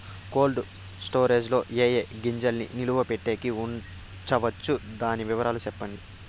Cold storage లో ఏ ఏ గింజల్ని నిలువ పెట్టేకి ఉంచవచ్చును? దాని వివరాలు సెప్పండి?